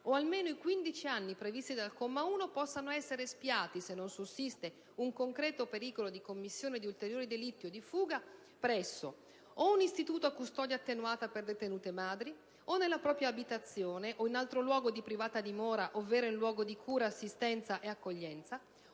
o, almeno, i quindici anni previsti dal comma 1, possano essere espiati, se non sussiste un concreto pericolo di commissione di ulteriori delitti o di fuga, o presso un istituto a custodia attenuata per detenute madri, o nella propria abitazione (o in altro luogo di privata dimora), ovvero in luogo dì cura, assistenza o accoglienza,